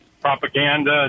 propaganda